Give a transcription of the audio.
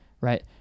Right